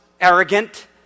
arrogant